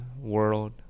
world